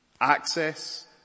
Access